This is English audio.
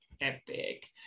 epic